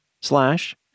slash